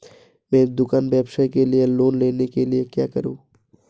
मैं दुकान व्यवसाय के लिए लोंन लेने के लिए क्या करूं?